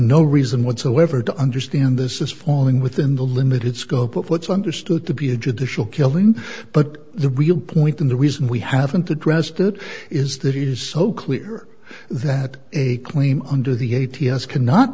no reason whatsoever to understand this is falling within the limited scope of what's understood to be a judicial killing but the real point in the reason we haven't addressed it is that it is so clear that a claim under the a t s cannot